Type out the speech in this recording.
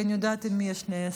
כי אני יודעת עם מי יש לי עסק.